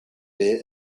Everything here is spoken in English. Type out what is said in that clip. day